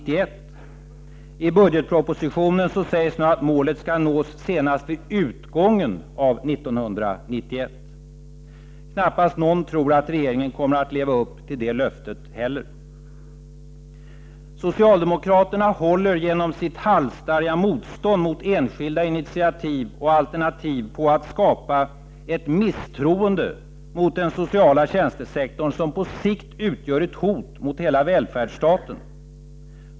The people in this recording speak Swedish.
I budgetpropositionen sägs nu att målet skall nås senast vid ”utgången” av 1991. Knappast någon tror att regeringen kommer att leva upp till det löftet heller. Socialdemokraterna håller genom sitt halsstarriga motstånd mot enskilda initiativ och alternativ på att skapa ett misstroende mot den sociala tjänstesektorn som på sikt utgör ett hot mot hela välfärdsstaten.